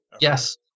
Yes